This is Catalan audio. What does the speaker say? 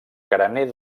carener